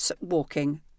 walking